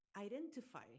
identify